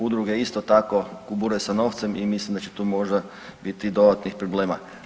Udruge isto tako kubure sa novcem i mislim da će tu možda biti dodatnih problema.